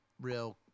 real